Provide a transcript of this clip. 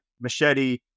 machete